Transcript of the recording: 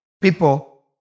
people